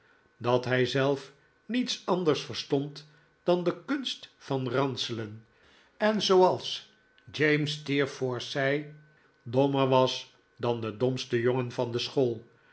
dat hij zelf niets anders verstond dan de kunst van ranselen en zooals j steerforth zei dommer was dan de domste jongen van de school